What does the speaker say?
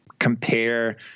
compare